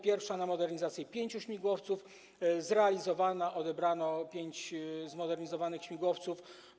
Pierwsza, na modernizację pięciu śmigłowców, jest zrealizowana - odebrano pięć zmodernizowanych śmigłowców.